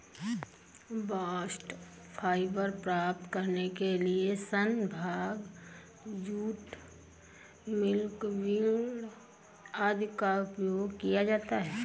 bast fibre प्राप्त करने के लिए सन, भांग, जूट, मिल्कवीड आदि का उपयोग किया जाता है